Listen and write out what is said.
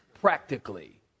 practically